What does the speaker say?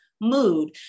mood